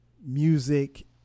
music